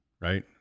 right